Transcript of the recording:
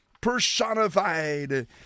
personified